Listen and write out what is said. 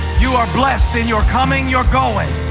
you are blessed in your coming, your going.